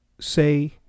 say